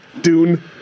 Dune